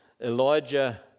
Elijah